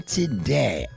today